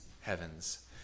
heavens